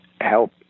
help